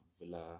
Villa